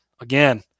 again